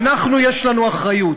אנחנו, יש לנו אחריות.